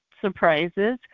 surprises